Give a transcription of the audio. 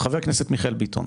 חבר הכנסת מיכאל ביטון,